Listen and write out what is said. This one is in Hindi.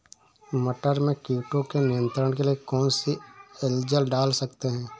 मटर में कीटों के नियंत्रण के लिए कौन सी एजल डाल सकते हैं?